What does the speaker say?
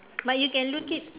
but you can look it